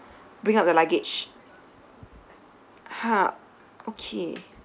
bring up the luggage ha okay